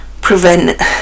prevent